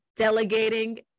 delegating